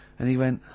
and he went,